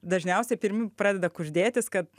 dažniausiai pirmi pradeda kuždėtis kad